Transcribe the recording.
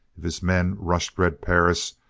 if his men rushed red perris,